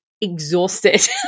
exhausted